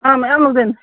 ꯑꯥ ꯃꯌꯥꯝ ꯂꯧꯗꯣꯏꯅꯤ